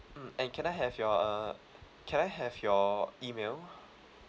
mm and can I have your uh can I have your email